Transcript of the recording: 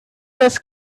was